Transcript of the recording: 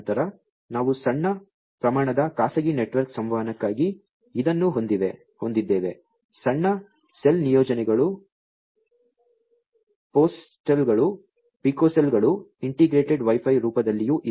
ನಂತರ ನಾವು ಸಣ್ಣ ಪ್ರಮಾಣದ ಖಾಸಗಿ ನೆಟ್ವರ್ಕ್ ಸಂವಹನಕ್ಕಾಗಿ ಇದನ್ನು ಹೊಂದಿದ್ದೇವೆ ಸಣ್ಣ ಸೆಲ್ ನಿಯೋಜನೆಗಳು ಫೆಮ್ಟೋಸೆಲ್ಗಳು ಪಿಕೋಸೆಲ್ಗಳು ಇಂಟಿಗ್ರೇಟೆಡ್ ವೈ ಫೈ ರೂಪದಲ್ಲಿಯೂ ಇವೆ